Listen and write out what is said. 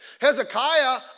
Hezekiah